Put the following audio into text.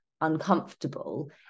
uncomfortable